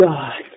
God